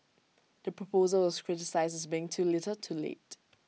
the proposal was criticised as being too little too late